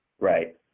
Right